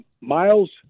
Miles